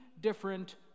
different